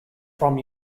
from